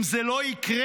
אם זה לא יקרה,